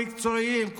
המקצועיים,